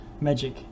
magic